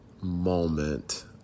moment